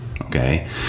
Okay